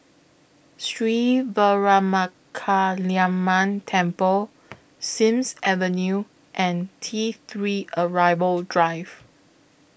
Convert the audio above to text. Sri Veeramakaliamman Temple Sims Avenue and T three Arrival Drive